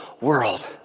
world